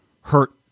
hurt